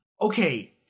Okay